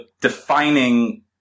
defining